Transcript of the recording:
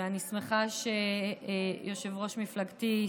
ואני שמחה שיושב-ראש מפלגתי,